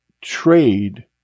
trade